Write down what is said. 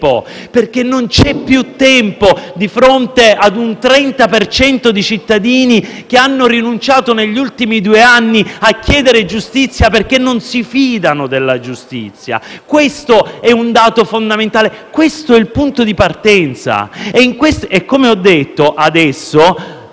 Perché non c'è più tempo di fronte ad un 30 per cento di cittadini che hanno rinunciato negli ultimi due anni a chiedere giustizia perché non si fidano della giustizia. Questo è un dato fondamentale. Questo è il punto di partenza! Come ho detto,